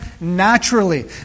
naturally